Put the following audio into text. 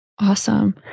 Awesome